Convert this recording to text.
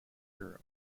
hero